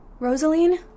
Rosaline